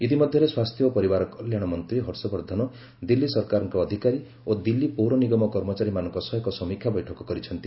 ଇତିମଧ୍ୟରେ ସ୍ୱାସ୍ଥ୍ୟ ଓ ପରିବାର କଲ୍ୟାଣ ମନ୍ତ୍ରୀ ହର୍ଷବର୍ଦ୍ଧନ ଦିଲ୍ଲୀ ସରକାରଙ୍କ ଅଫିସର ଓ ଦିଲ୍ଲୀ ପୌରନିଗମ କର୍ମଚାରୀମାନଙ୍କ ସହ ଏକ ସମୀକ୍ଷା ବୈଠକ କରିଛନ୍ତି